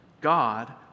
God